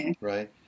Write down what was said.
right